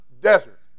desert